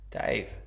Dave